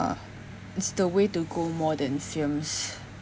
it's the way to go more than films